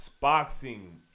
boxing